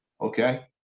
Okay